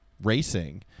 racing